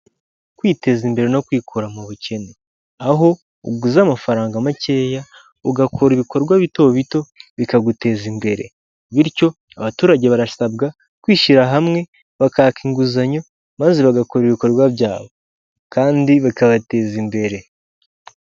Kwiteza imbere no kwikura mu bukene aho uguze amafaranga makeya ugakora ibikorwa bito bito bikaguteza imbere, bityo abaturage barasabwa kwishyira hamwe bakaka inguzanyo maze bagakora ibikorwa byabo kandi bikabateza imbere.